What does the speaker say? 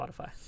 Spotify